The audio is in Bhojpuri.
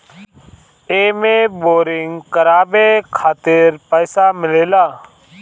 एमे बोरिंग करावे खातिर पईसा मिलेला